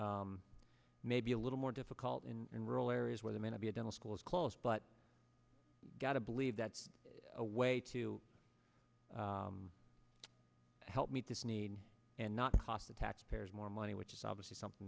maybe a little more difficult in in rural areas where there may not be a dental schools close but i gotta believe that's a way to help meet this need and not cost the taxpayers more money which is obviously something